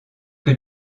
que